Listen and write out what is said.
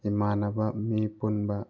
ꯏꯃꯥꯟꯅꯕ ꯃꯤ ꯄꯨꯟꯕ